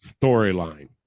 storyline